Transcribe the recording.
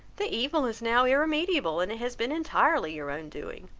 the evil is now irremediable, and it has been entirely your own doing.